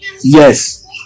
Yes